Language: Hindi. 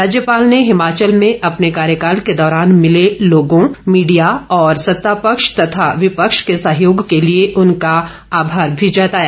राज्यपाल ने हिमाचल में अपने कार्यकाल के दौरान मिले लोगों मीडिया और सतापक्ष तथा विपक्ष के सहयोग के लिए उनका आभार भी जताया